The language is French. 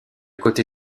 côté